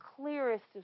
clearest